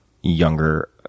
younger